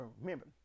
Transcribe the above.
remember